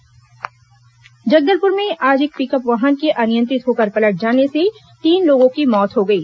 दर्घटना जगदलपुर में आज एक पिकअप वाहन के अनियंत्रित होकर पलट जाने से तीन लोगों की मौत हो गई